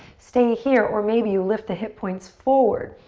stay here or maybe you lift the hip points forward.